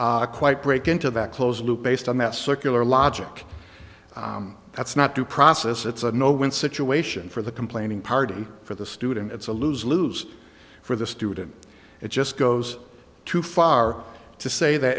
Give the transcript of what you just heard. quite break into that closed loop based on that circular logic that's not due process it's a no win situation for the complaining pardon for the student it's a lose lose for the student it just goes too far to say that